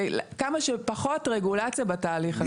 כמה שפחות רגולציה בתהליך הזה.